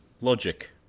Logic